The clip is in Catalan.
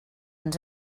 ens